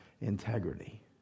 integrity